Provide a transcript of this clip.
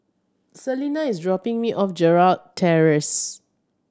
Celena is dropping me off at Gerald Terrace